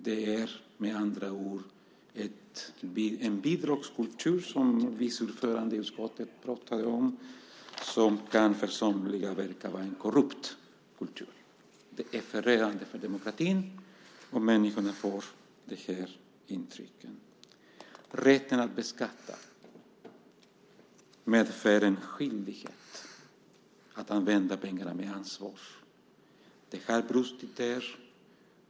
Det är med andra ord en bidragskultur som utskottets vice ordförande pratade om som för somliga kan verka vara en korrupt kultur. Det är förödande för demokratin om människorna får det intrycket. Rätten att beskatta medför en skyldighet att använda pengarna med ansvar. Det har brustit där.